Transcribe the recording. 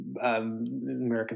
americans